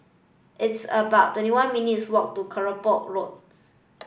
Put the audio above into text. it's about twenty one minutes' walk to Kelopak Road